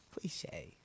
Cliche